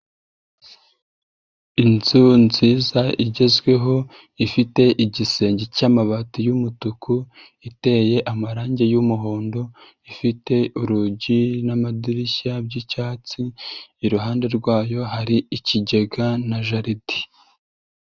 Inzu nziza igezweho ifite igisenge cy'amabati y'umutuku iteye amarange y'umuhondo ifite urugi n'amadirishya byi'cyatsi, iruhande rwayo hari ikigega na jaride.